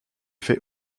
fais